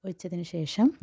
ഒഴിച്ചതിന് ശേഷം